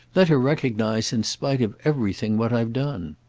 let her recognise in spite of everything what i've done.